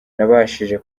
nabashije